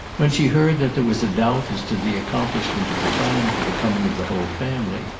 when she heard that there was a doubt as to the accomplishment of the plan for the coming of the whole family,